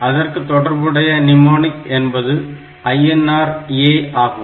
அதற்கு தொடர்புடைய நிமோநிக் என்பது INR A ஆகும்